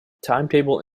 timetable